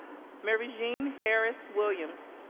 maryjean harris williams